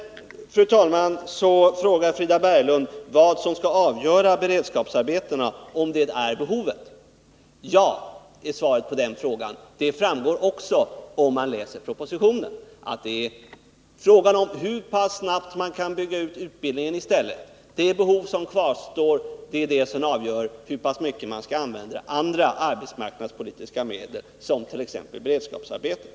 Fru talman! Sedan frågade Frida Berglund vad som skall avgöra frågan om beredskapsarbetena — om det är behoven eller ej. Ja, är svaret på den frågan. Även detta framgår, om man läser propositionen. Frågan är hur snabbt man i stället kan bygga ut utbildningen. Det är de behov som kvarstår som avgör i vilken utsträckning man skall använda andra arbetsmarknadspolitiska medel, t.ex. beredskapsarbeten.